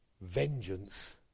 vengeance